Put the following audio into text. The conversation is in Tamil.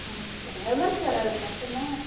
ஆமாங்க சார் எவ்வளோங்க சார் ஆகுது மொத்தமாக